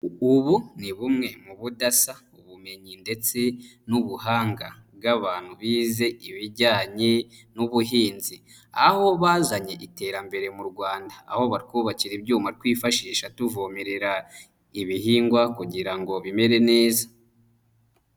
Ubu ni bumwe mu budasa, ubumenyi ndetse n'ubuhanga bw'abantu bize ibijyanye n'ubuhinzi aho bazanye iterambere mu Rwanda, aho batwubakira ibyuma twifashisha tuvomerera ibihingwa kugira ngo bimere neza.